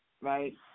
right